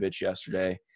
yesterday